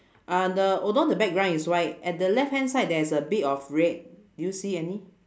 uh the although the background is white at the left hand side there is a bit of red do you see any